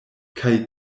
kaj